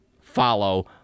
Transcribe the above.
follow